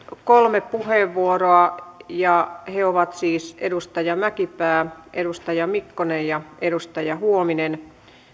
kolme puheenvuoroa ja he ovat siis edustaja mäkipää edustaja mikkonen ja edustaja huovinen